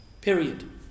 period